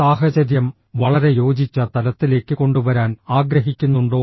സാഹചര്യം വളരെ യോജിച്ച തലത്തിലേക്ക് കൊണ്ടുവരാൻ ആഗ്രഹിക്കുന്നുണ്ടോ